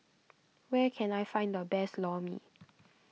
where can I find the best Lor Mee